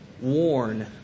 warn